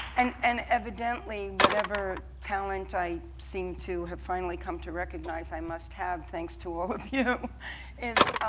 and and evidently, whatever talent i seemed to have finally come to recognize i must have thanks to all of you is